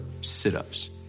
sit-ups